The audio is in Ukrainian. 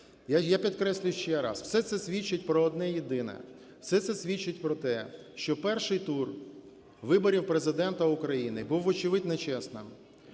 Я підкреслюю ще раз, все це свідчить про одне єдине6 все це свідчить про те, що перший тур виборів Президента України був, вочевидь, нечесним.